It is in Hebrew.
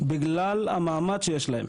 בגלל המעמד שיש להם,